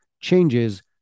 changes